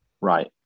Right